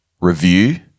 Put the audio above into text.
review –